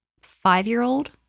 five-year-old